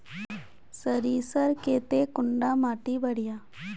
सरीसर केते कुंडा माटी बढ़िया?